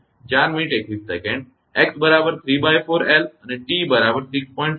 તેથી 𝑣 𝑥 𝑡 સંદર્ભ 421 x બરાબર ¾𝑙 અને 𝑡6